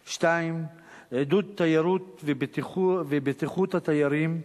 2. עידוד תיירות ובטיחות התיירים,